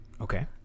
Okay